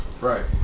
Right